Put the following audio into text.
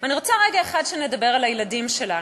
ואני רוצה רגע אחד שנדבר על הילדים שלנו,